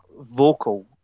vocal